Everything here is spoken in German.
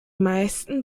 meisten